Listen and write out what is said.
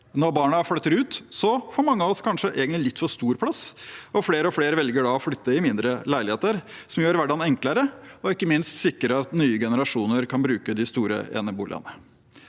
Når barna flytter ut, får mange av oss kanskje litt for stor plass, og flere og flere velger da å flytte i mindre leiligheter, noe som gjør hverdagen enklere og ikke minst sikrer at nye generasjoner kan bruke de store eneboligene.